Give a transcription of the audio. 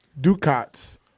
ducats